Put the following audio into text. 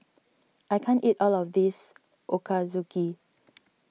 I can't eat all of this Ochazuke